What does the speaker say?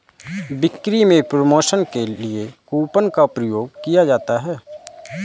बिक्री में प्रमोशन के लिए कूपन का प्रयोग किया जाता है